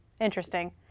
Interesting